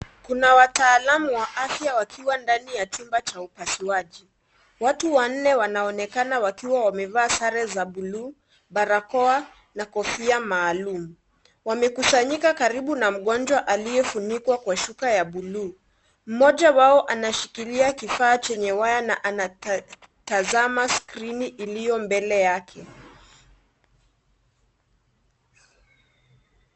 Kuna wataalamu wa afywa wakiwa ndani ya chumba cha upasuaji. Watu wanne wanaonekana wakiwa wamevaa sare za buluu, barakoa na kofia maalum. Wamekusanyika karibu na mgonjwa aliyefunikwa kwa shuka ya buluu. Mmoja wao anashikilia kifaa chenye waya na anatazama skrini iliyo mbele yake.